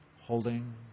holding